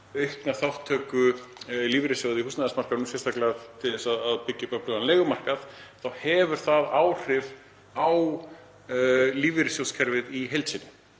í aukna þátttöku lífeyrissjóða á húsnæðismarkaðnum, sérstaklega til þess að byggja upp öflugan leigumarkað, þá hefur það áhrif á lífeyrissjóðakerfið í heild sinni